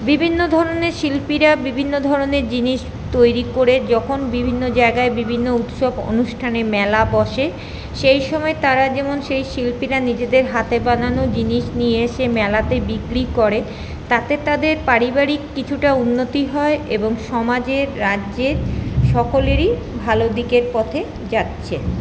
বিভিন্ন ধরণের শিল্পীরা বিভিন্ন ধরণের জিনিস তৈরি করে যখন বিভিন্ন জায়গায় বিভিন্ন উৎসব অনুষ্ঠানে মেলা বসে সেই সময়ে তারা যেমন সেই শিল্পীরা নিজেদের হাতে বানানো জিনিস নিয়ে এসে মেলাতে বিক্রি করে তাতে তাদের পারিবারিক কিছুটা উন্নতি হয় এবং সমাজের রাজ্যের সকলেরই ভালো দিকের পথে যাচ্ছে